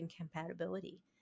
incompatibility